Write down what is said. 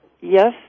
Yes